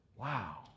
Wow